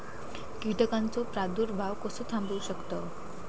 कीटकांचो प्रादुर्भाव कसो थांबवू शकतव?